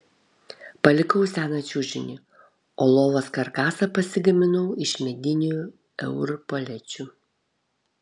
palikau seną čiužinį o lovos karkasą pasigaminau iš medinių eur palečių